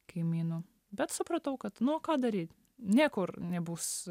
kaimynų bet supratau kad nu ką daryt niekur nebus